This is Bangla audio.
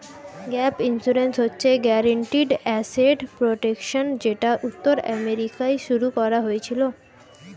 গ্যাপ ইন্সুরেন্স হচ্ছে গ্যারিন্টিড অ্যাসেট প্রটেকশন যেটা উত্তর আমেরিকায় শুরু করা হয়েছিল